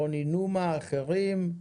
רוני נומה ואחרים.